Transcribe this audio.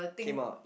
came out